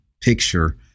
picture